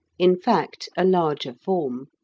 in fact, a larger form.